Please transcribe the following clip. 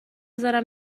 بذارم